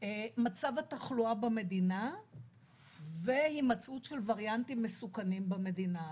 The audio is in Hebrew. מצב התחלואה במדינה והימצאות של וריאנטים מסוכנים במדינה הזאת.